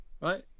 right